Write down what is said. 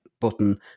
button